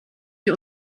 sie